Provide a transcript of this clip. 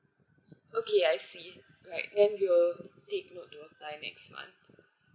okay I see alright then we will take note to apply next month